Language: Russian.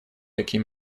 такие